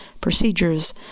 procedures